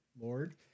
Lord